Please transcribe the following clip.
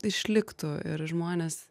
išliktų ir žmonės